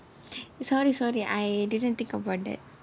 sorry sorry I didn't think about that